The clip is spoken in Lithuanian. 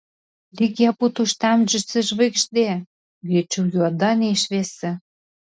lyg ją būtų užtemdžiusi žvaigždė greičiau juoda nei šviesi